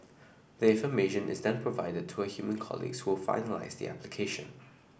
the information is then provided to her human colleagues who'll finalise the application